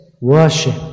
worship